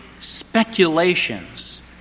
speculations